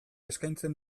eskaintzen